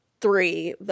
three